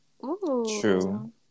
True